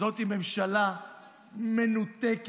זאת ממשלה מנותקת,